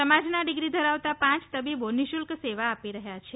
સમાજ ના ડીગ્રી ધરાવતા પ તબીબો નિઃશુલ્ક સેવા આપી રહ્યા છે